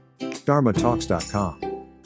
dharmatalks.com